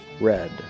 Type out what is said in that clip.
red